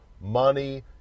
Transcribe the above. money